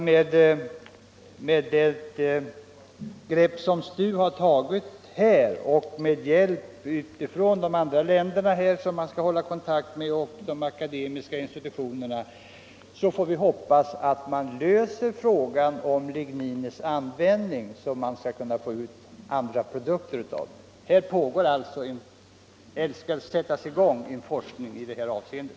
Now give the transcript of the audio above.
Med det grepp som STU har tagit och med hjälp från de andra länderna och de akademiska institutionerna i Sverige tror jag att det skall bli möjligt att lösa frågan om ligninets användning så att man kan få ut nya produkter av det.